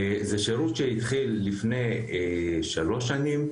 זה שירות שהתחיל לפני שלוש שנים,